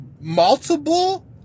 multiple